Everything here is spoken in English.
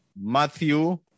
Matthew